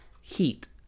heat